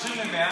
כשמתקשרים ל-100,